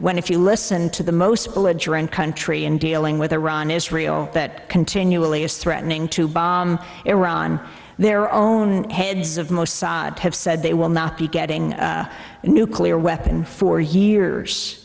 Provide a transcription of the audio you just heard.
when if you listen to the most belligerent country in dealing with iran israel that continually is threatening to bomb iran their own heads of mossad have said they will not be getting a nuclear weapon for years